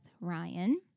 Ryan